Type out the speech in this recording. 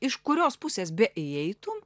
iš kurios pusės beįeitum